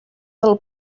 del